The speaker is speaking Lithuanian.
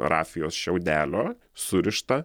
rafijos šiaudelio surišta